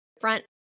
front